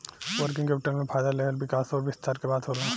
working capital में फ़ायदा लेहल विकास अउर विस्तार के बात होला